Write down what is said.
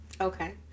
Okay